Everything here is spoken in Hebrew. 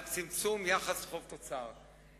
על צמצום היחס חוב-תוצר.